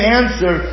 answer